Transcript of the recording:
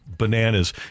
bananas